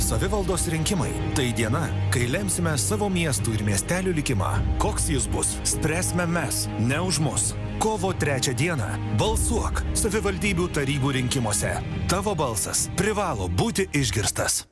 savivaldos rinkimai tai diena kai lemsime savo miestų ir miestelių likimą koks jis bus spręsime mes ne už mus kovo trečią dieną balsuok savivaldybių tarybų rinkimuose tavo balsas privalo būti išgirstas